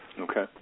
Okay